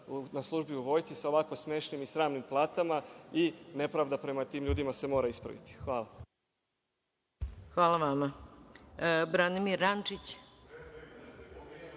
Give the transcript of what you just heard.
na službi u Vojsci sa ovako smešnim i sramnim platama i nepravda prema tim ljudima se mora ispraviti. Hvala. **Maja Gojković**